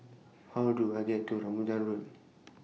How Do I get to Rambutan Road